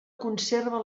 conserva